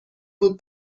بود